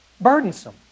burdensome